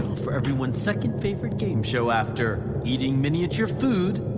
for everyone's second-favorite game show after eating miniature food,